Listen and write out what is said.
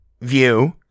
view